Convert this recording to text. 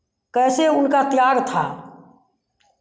कैसे उनका त्याग था